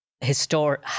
historic